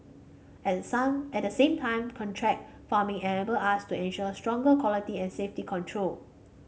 at the sum at he same time contract farming enable us to ensure stronger quality and safety control